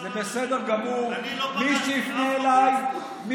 לא, דווקא לא פנו אליי.